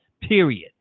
period